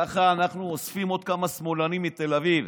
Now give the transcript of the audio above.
ככה אנחנו אוספים עוד כמה שמאלנים מתל אביב.